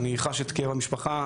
אני חש את כאב המשפחה,